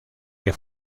que